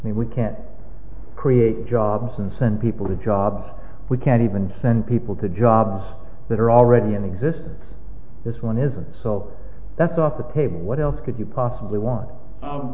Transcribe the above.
we can't create jobs and send people to jobs we can't even send people to jobs that are already in existence this one isn't so that's off the table what else could you possibly want